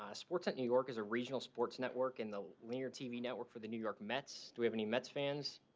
ah sportsnet new york is a regional sports network in the linear tv network for the new york mets. do we have any mets fans?